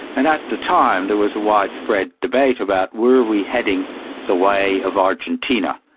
and at the time there was a widespread debate about were we heading the way of argentina.